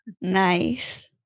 Nice